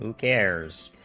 um cares